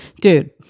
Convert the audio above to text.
dude